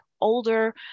older